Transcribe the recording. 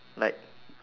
like